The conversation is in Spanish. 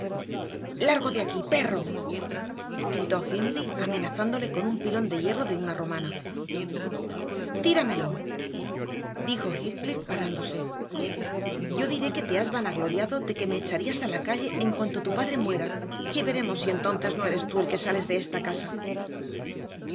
largo de aquí perro gritó hindley amenazándole con un pilón de hierro de una romana tíramelo dijo heathcliff parándose yo diré que te has vanagloriado de que me echarías a la calle en cuanto tu padre muera y veremos si entonces no eres tú el que sales de esta casa